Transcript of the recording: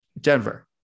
Denver